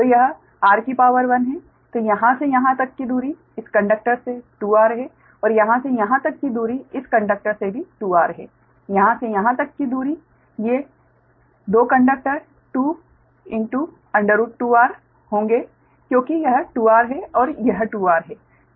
तो यह r है तो यहाँ से यहाँ तक की दूरी इस कंडक्टर से 2r है और यहाँ से यहाँ तक की दूरी इस कंडक्टर से भी 2r है और यहाँ से यहाँ तक की दूरी ये 2 कंडक्टर 2√2r होंगे क्योंकि यह 2r है यह 2r है